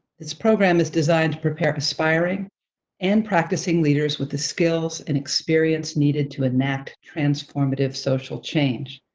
this program is designed to prepare aspiring and practicing leaders with the skills and experience needed to enact transformative social change.